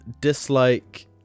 dislike